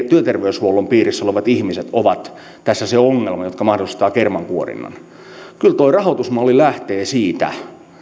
työterveyshuollon piirissä olevat ihmiset ovat tässä se ongelma jotka mahdollistavat kermankuorinnan kyllä tuo rahoitusmalli lähtee siitä